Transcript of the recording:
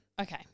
okay